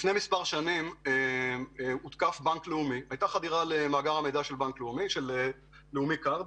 לפני מספר שנים הייתה חדירה למאגר של לאומי כארד.